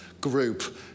group